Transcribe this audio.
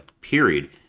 period